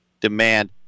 demand